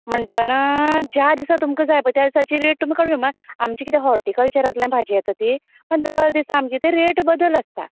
म्हणटना ज्या दिसा दिसा तुमकां जाय पय त्या दिसाची रेट तुमकां आमचे किते हॉर्टीकल्चरांतल्यान भाजी येता ती दर दिसा आमची ते रेट बदलत आसता